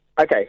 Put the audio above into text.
Okay